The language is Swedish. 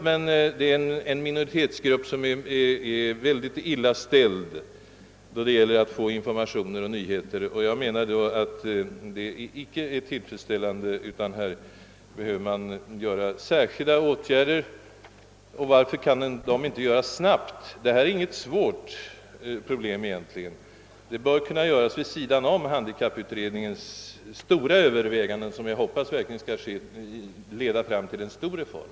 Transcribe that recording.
De blinda är en minoritetsgrupp, som vid denna jämförelse är illa ställd då det gäller informationer och nyheter. Jag anser att detta förhållande inte är tillfredsställande utan att särskilda åtgär der snabbt måste vidtas. Detta är egentligen inte något svårt problem — det bör kunna lösas vid sidan om handikapputredningens stora överväganden, som jag hoppas verkligen skall leda fram till en omfattande reform.